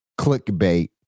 clickbait